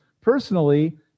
personally